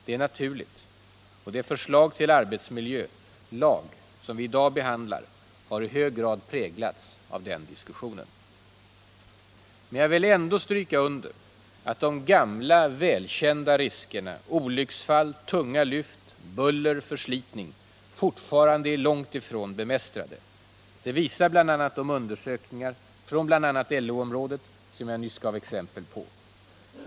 Det är naturligt, och det förslag till arbetsmiljölag som vi i dag behandlar har i hög grad präglats av den diskussionen. Men jag vill ändå stryka under, att de gamla välkända riskerna — olycksfall, tunga lyft, buller, förslitning — fortfarande är långt ifrån bemästrade. Det visar bl.a. de undersökningar från LO-området som jag nyss gav exempel från.